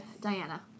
Diana